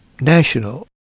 national